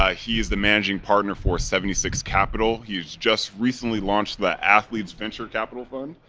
ah he's the managing partner for seventy six capital. you just recently launched the athletes venture capital fund,